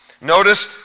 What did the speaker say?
Notice